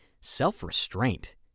self-restraint